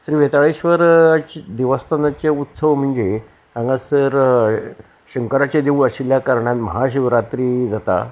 श्री वेताळेश्वर देवस्थानाचे उत्सव म्हणजे हांगासर शंकराचे देवूळ आशिल्ल्या कारणान महाशिवरात्री जाता